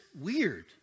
weird